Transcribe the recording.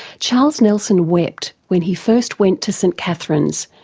charles nelson wept when he first went to st catherine's,